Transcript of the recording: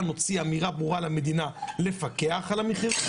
אמירה ברורה למדינה לפקח על מחירי הבדיקות,